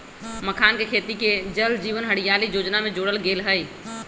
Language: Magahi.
मखानके खेती के जल जीवन हरियाली जोजना में जोरल गेल हई